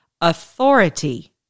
authority